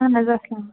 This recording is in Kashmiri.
اَہَن حظ اسلا